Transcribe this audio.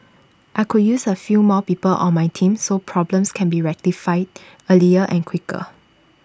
I could use A few more people on my team so problems can be rectified earlier and quicker